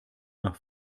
nach